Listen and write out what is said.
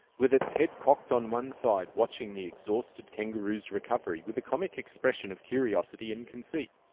with its head cocked on one side, watching the exhausted kangaroo's recovery with a comic expression of curiosity and conceit.